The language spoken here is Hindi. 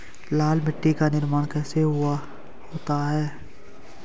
लाल मिट्टी का निर्माण कैसे होता है?